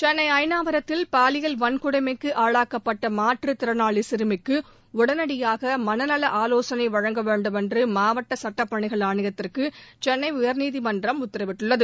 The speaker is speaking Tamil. சென்னை அயனாவரத்தில் பாலியல் வன்கொடுமைக்கு ஆளாக்கப்பட்ட மாற்றுத் திறனாளி சிறுமிக்கு உடனடியாக மனநல ஆவோசனை வழங்க வேண்டுமென்று மாவட்ட சட்டப்பணிகள் ஆணையத்திற்கு சென்னை உயர்நீதிமன்றம் உத்தரவிட்டுள்ளது